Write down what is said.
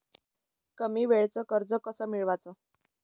कमी वेळचं कर्ज कस मिळवाचं?